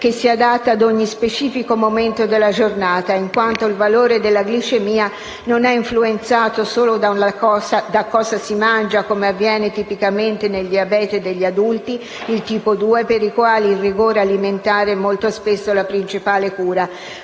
che si adatta a ogni specifico momento della giornata, in quanto il valore della glicemia non è influenzato solo da cosa si mangia - come avviene tipicamente nel diabete degli adulti (tipo 2), per i quali il rigore alimentare è molto spesso la principale cura